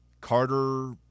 Carter